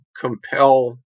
compel